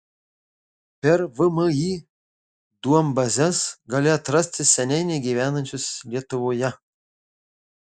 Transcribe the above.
per vmi duombazes gali atrasti senai negyvenančius lietuvoje